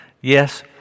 Yes